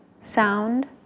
sound